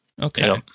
Okay